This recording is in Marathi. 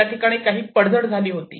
काही ठिकाणी पडझड झाली होती